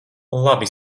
labi